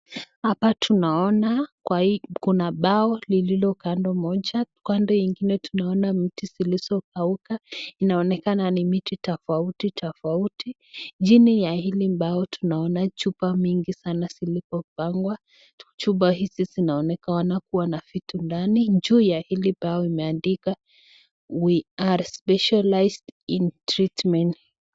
Hapa tunaona kwa hii kuna bao lililo kando moja, kando ya ingine tunaona miti zilizokauka inaonekana ni miti tofauti tofauti. Chini ya hili mbao tunaona chupa mingi sana zilizo pangwa. Chupa hizi zinaonekana kuwa na vitu ndani. Juu ya hili bao imeandikwa we are specialized in treatment .